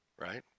Right